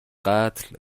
قتل